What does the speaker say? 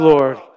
Lord